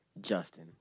Justin